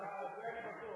אה, זה אני בטוח.